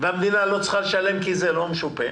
והמדינה לא צריכה לשלם כי זה לא משופה.